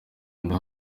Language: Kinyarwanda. kanda